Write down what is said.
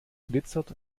glitzert